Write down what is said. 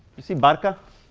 you see barca,